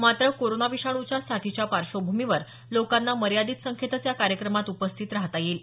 मात्र कोरोना विषाणू साथीच्या पार्श्वभूमीवर लोकांना मर्यादित संख्येतच या कार्यक्रमात उपस्थित राहता येईल